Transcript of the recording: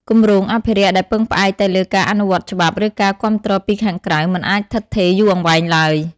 គម្រោងអភិរក្សដែលពឹងផ្អែកតែលើការអនុវត្តច្បាប់ ឬការគាំទ្រពីខាងក្រៅ មិនអាចឋិតឋេរយូរអង្វែងឡើយ។